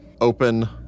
open